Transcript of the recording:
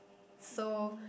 so